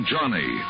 Johnny